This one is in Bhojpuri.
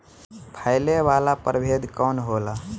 फैले वाला प्रभेद कौन होला?